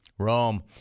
Rome